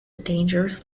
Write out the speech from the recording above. dangerous